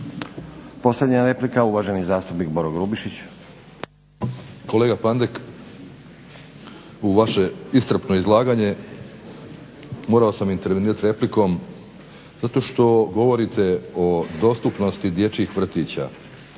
Posljednja replika, uvaženi zastupnik Boro Grubišić. **Grubišić, Boro (HDSSB)** Kolega Pandek, u vaše iscrpno izlaganje morao sam intervenirati replikom zato što govorite o dostupnosti dječjih vrtića